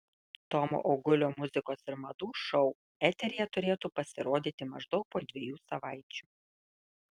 tomo augulio muzikos ir madų šou eteryje turėtų pasirodyti maždaug po dviejų savaičių